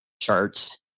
charts